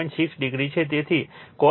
6 degree છે